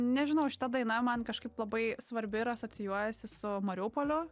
nežinau šita daina man kažkaip labai svarbi ir asocijuojasi su mariupoliu